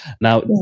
Now